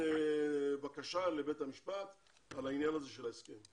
בקשה לבית המשפט על העניין הזה של ההסכם.